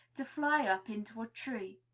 to fly up into a tree.